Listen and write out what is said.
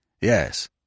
Yes